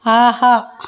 ஆஹா